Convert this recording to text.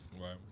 Right